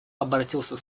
обратился